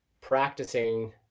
practicing